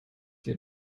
dir